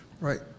Right